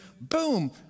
boom